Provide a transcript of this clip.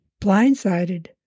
blindsided